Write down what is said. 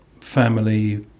family